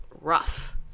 rough